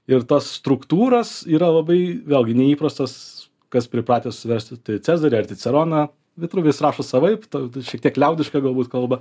ir tos struktūros yra labai vėlgi neįprastas kas pripratęs versti tai cezarį ar ciceroną vitruvis vis rašo savaip ta šiek tiek liaudiška galbūt kalba